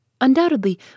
Undoubtedly